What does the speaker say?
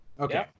Okay